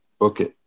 Okay